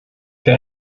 für